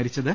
മരിച്ചത്